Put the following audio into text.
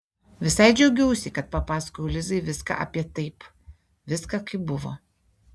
visai džiaugiausi kad papasakojau lizai viską apie taip viską kaip buvo